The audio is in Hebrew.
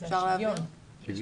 כן.